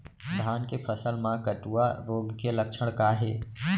धान के फसल मा कटुआ रोग के लक्षण का हे?